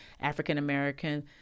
african-american